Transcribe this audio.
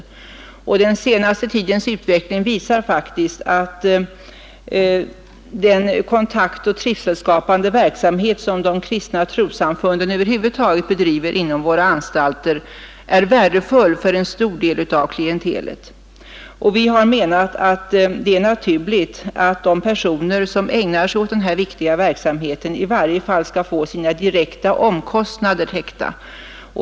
Den senaste tidens utveckling visar att den kontaktoch trivselskapande verksamhet som de kristna trossamfunden över huvudstaget bedriver inom våra anstalter är värdefull för en stor del av klientelet. Vi har menat att det är naturligt att de personer som ägnar sig åt den här viktiga verksamheten i varje fall skall få sina direkta omkostnader täckta.